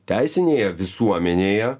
teisinėje visuomenėje